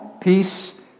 peace